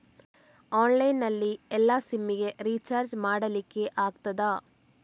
Online ನಲ್ಲಿ ಎಲ್ಲಾ SIM ಗೆ ರಿಚಾರ್ಜ್ ಮಾಡಲಿಕ್ಕೆ ಆಗ್ತದಾ?